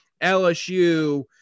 LSU